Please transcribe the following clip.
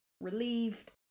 relieved